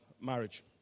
marriage